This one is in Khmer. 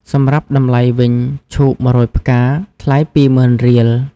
សម្រាប់តម្លៃវិញ ឈូក១០០ផ្កា ថ្លៃ២ម៉ឺនរៀល ។